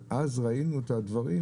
ואז ראינו את הדברים